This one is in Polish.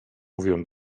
mówią